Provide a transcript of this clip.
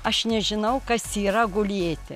aš nežinau kas yra gulėti